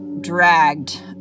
dragged